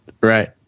right